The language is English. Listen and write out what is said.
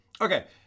Okay